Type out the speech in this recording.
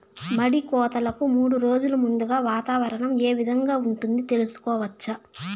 మడి కోతలకు మూడు రోజులు ముందుగా వాతావరణం ఏ విధంగా ఉంటుంది, తెలుసుకోవచ్చా?